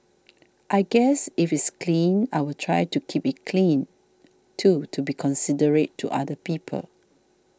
I guess if it's clean I will try to keep it clean too to be considerate to other people